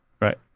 Right